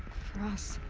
for us.